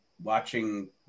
watching